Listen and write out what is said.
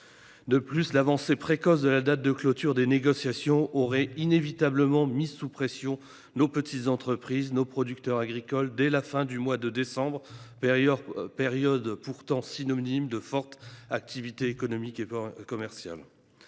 De plus l’avancée précoce de la date de clôture des négociations aurait inévitablement mis sous pression nos petites entreprises et nos producteurs agricoles dès la fin du mois de décembre, période pourtant synonyme d’importante activité économique et commerciale.